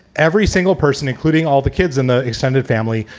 every single person, including all the kids in the extended family,